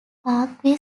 parkway